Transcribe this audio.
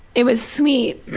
it was sweet,